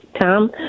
Tom